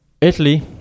Italy